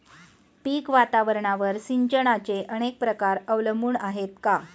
पीक वातावरणावर सिंचनाचे अनेक प्रकार अवलंबून आहेत का?